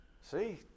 See